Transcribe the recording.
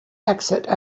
exit